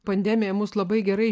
pandemija mus labai gerai